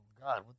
God